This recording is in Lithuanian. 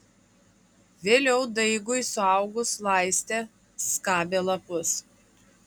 vėliau daigui suaugus laistė skabė lapus